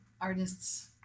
artists